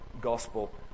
gospel